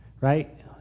right